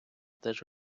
теж